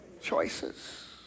choices